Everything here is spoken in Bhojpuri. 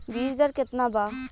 बीज दर केतना बा?